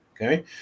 okay